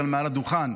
כאן מעל הדוכן.